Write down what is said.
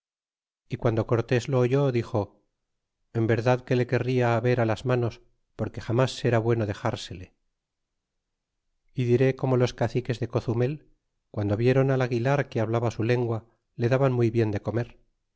y guando cortes lo oyó dixo en verdad que le querria haber á las manos porque jamas sera bueno dexarsele y diré como los caciques de cozumel guando vieron al aguilar que hablaba su lengua le daban muy bien de comer